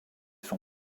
son